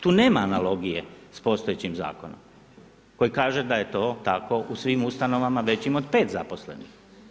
Tu nema analogije s postojećim zakonom, koji kaže da je to tako, u svim ustanovama većim od 5 zaposlenih.